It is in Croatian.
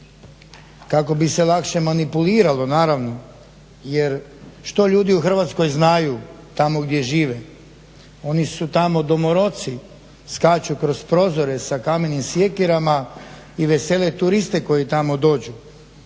kako bi se lakše manipulirano. Naravno, jer što ljudi u Hrvatskoj znaju tamo gdje žive, oni su tamo domoroci, skaču kroz prozore sa kamenim sjekirama i vesele turiste koji tamo dođu.